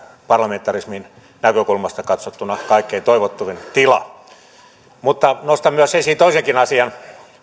parlamentarismin näkökulmasta katsottuna kaikkein toivottavin tila nostan esiin toisenkin asian